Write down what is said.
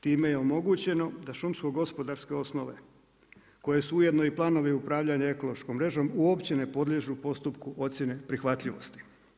Time je omogućeno da šumsko gospodarske osnove, koje su ujedano i planovi upravljanju ekološkom mrežom uopće ne podliježu postupku ocijene prihvatljivosti.